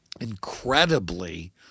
incredibly